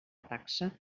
taxa